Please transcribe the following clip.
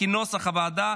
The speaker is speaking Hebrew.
כנוסח הוועדה,